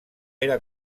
era